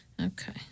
Okay